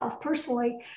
personally